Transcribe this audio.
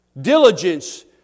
Diligence